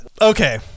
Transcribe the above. Okay